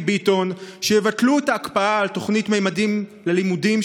ביטון שיבטלו את ההקפאה של תוכנית ממדים ללימודים,